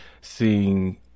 seeing